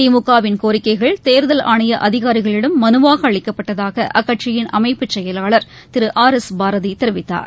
திமுகவின் கோரிக்கைகள் தேர்தல் ஆணைய அதிகாரிகளிடம் மனுவாக அளிக்கப்பட்டதாக அக்கட்சியின் அமைப்புச் செயலாளர் திரு ஆர் எஸ் பாரதி தெரிவித்தார்